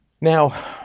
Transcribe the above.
Now